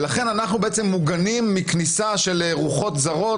ולכן אנחנו מוגנים מכניסה של רוחות זרות